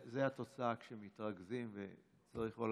ההערה שלך היא